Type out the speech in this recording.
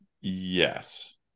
yes